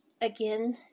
again